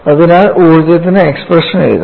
അതിനാൽ ഊർജ്ജത്തിന് എക്സ്പ്രഷൻ എഴുതാം